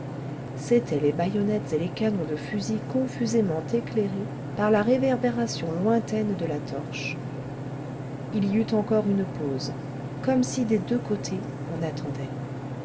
c'étaient les bayonnettes et les canons de fusils confusément éclairés par la réverbération lointaine de la torche il y eut encore une pause comme si des deux côtés on attendait